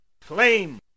flame